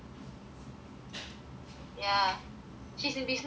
ya she is in business also she also very nice